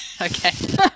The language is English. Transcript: okay